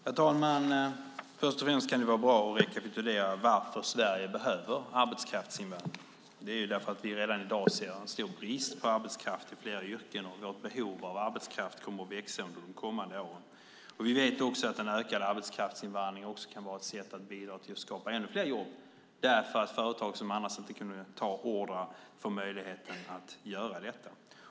Herr talman! Först och främst kan det vara bra att rekapitulera varför Sverige behöver arbetskraftsinvandring. Det beror på att vi redan i dag ser en stor brist på arbetskraft i flera yrken och att vårt behov av arbetskraft kommer att växa under de kommande åren. Vi vet också att en ökad arbetskraftsinvandring kan vara ett sätt att bidra till att skapa ännu fler jobb, därför att företag som annars inte skulle kunna ta order får möjlighet att göra detta.